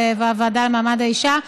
לוועדה לקידום מעמד האישה,